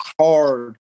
hard